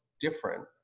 different